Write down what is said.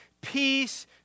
Peace